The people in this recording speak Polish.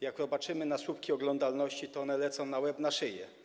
Jak spojrzymy na słupki oglądalności, to one lecą na łeb, na szyję.